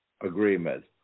agreement